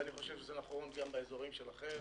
ואני חושב שזה נכון גם באזורים שלכם,